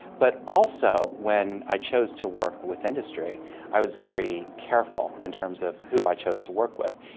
but also when i chose to work with industry i was very careful in terms of who i chose to work with,